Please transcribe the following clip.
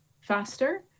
faster